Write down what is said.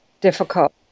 difficult